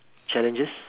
challenges